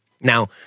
Now